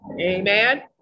Amen